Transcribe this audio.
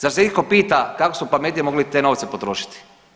Zar se itko pita kako smo pametnije mogli te novce potrošiti?